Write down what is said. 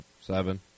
seven